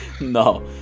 No